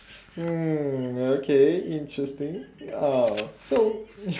mm okay interesting oh so